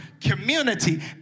community